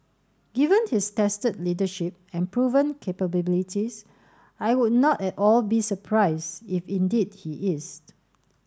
given his tested leadership and proven capabilities I would not at all be surprised if indeed he is